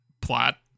plot